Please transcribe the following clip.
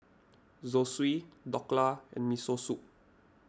Zosui Dhokla and Miso Soup